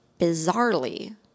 bizarrely